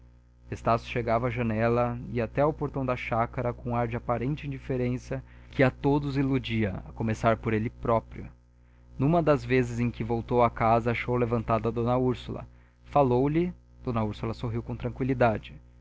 estácio chegava à janela ia até ao portão da chácara com ar de aparente indiferença que a todos iludia a começar por ele próprio numa das vezes em que voltou à casa achou levantada d úrsula falou-lhe d úrsula sorriu com tranqüilidade